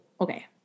okay